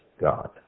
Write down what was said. God